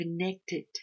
connected